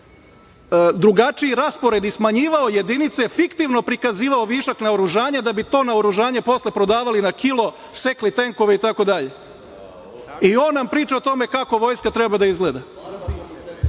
drugačiji raspored i smanjivao jedinice, fiktivno prikazivao višak naoružanja da bi to naoružanje posle prodavali na kilo, sekli tenkove itd. I ona nam priča o tome kako vojska treba da izgleda? Dok